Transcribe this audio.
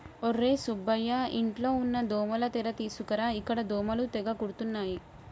ఒర్రే సుబ్బయ్య ఇంట్లో ఉన్న దోమల తెర తీసుకురా ఇక్కడ దోమలు తెగ కుడుతున్నాయి